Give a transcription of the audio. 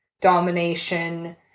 domination